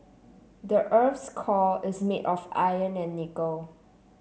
the earth's core is made of iron and nickel